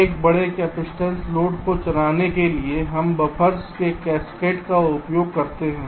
एक बड़े capacitive load को चलाने के लिए हम बफ़र्स के कास्केड का उपयोग करते हैं